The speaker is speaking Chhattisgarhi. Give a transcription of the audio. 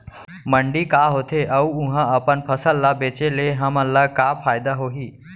मंडी का होथे अऊ उहा अपन फसल ला बेचे ले हमन ला का फायदा होही?